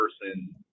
person